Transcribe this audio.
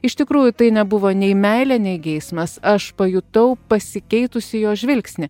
iš tikrųjų tai nebuvo nei meilė nei geismas aš pajutau pasikeitusį jo žvilgsnį